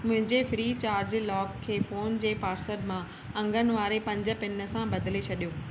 मुंहिंजे free charge lock खे phone जे पासवर्ड मां अंगनि वारे पंज पिन सां बदिले छॾियो